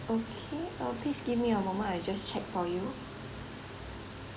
okay uh please give me a moment I'll just check for you